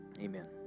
Amen